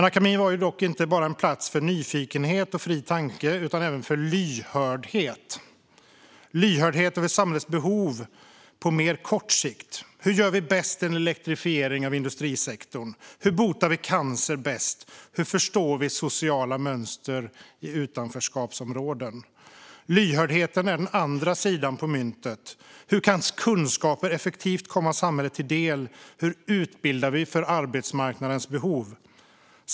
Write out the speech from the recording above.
Akademin är ju dock inte bara en plats för nyfikenhet och fri tanke utan även en plats för lyhördhet för samhällets behov på kortare sikt. Hur genomför vi bäst en elektrifiering av industrisektorn? Hur botar vi cancer bäst? Hur förstår vi sociala mönster i utanförskapsområden? Lyhördheten är den andra sidan av myntet. Hur kan kunskaper effektivt komma samhället till del? Hur utbildar vi för arbetsmarknadens behov?